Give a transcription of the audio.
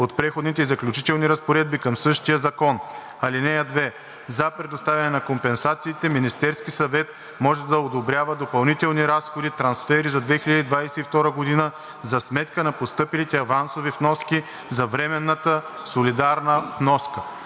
от Преходните и заключителни разпоредби към същия закон. (2) За предоставяне на компенсациите Министерският съвет може да одобрява допълнителни разходи, трансфери за 2022 г., за сметка на постъпилите авансови вноски за временната солидарна вноска.“